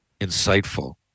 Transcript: insightful